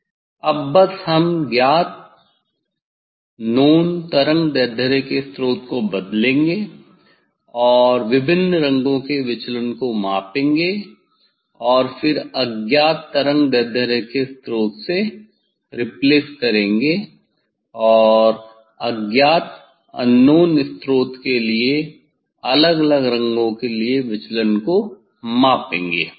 अब बस हम ज्ञात तरंगदैर्ध्य के स्रोत को बदलेंगे और विभिन्न रंगों के विचलन को मापेंगे और फिर अज्ञात तरंगदैर्ध्य के स्रोत से रिप्लेस करेंगे और अज्ञात स्रोत के लिए अलग अलग रंगों के लिए विचलन को मापेंगे